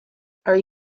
are